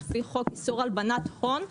לפי חוק איסור הלבנת הון,